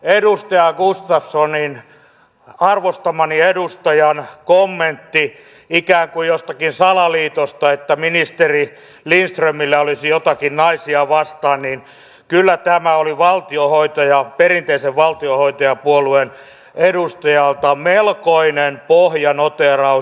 edustaja gustafssonin arvostamani edustajan kommentti ikään kuin jostakin salaliitosta että ministeri lindströmillä olisi jotakin naisia vastaan oli perinteisen valtionhoitajapuolueen edustajalta melkoinen pohjanoteeraus